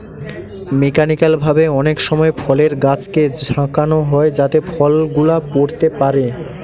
mechanical ভাবে অনেক সময় ফলের গাছকে ঝাঁকানো হয় যাতে ফল গুলা পড়তে পারে